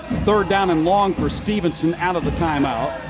third down and long for stephenson. out of the time-out.